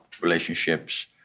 relationships